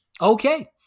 Okay